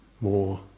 More